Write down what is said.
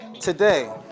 Today